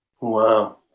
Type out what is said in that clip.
Wow